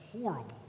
horrible